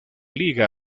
liga